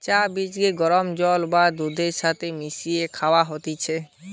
চা বীজকে গরম জল বা দুধের সাথে মিশিয়ে খায়া হতিছে